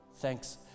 thanks